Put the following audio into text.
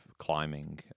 climbing